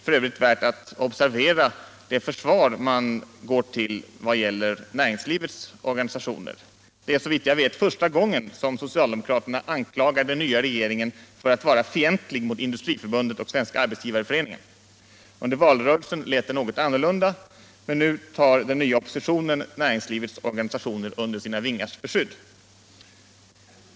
Försvaret för näringslivets organisationer är f. ö. värt att observera. Det är såvitt jag vet första gången som socialdemokraterna anklagar den nya regeringen för att vara fientlig mot Sveriges industriförbund och Svenska arbetsgivareföreningen. Under valrörelsen lät det något annorlunda —- men nu tar den nya oppositionen näringslivets organisationer under sina vingars beskydd.